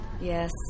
Yes